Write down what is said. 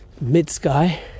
Mid-sky